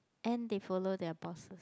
and they follow their bosses